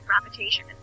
Gravitation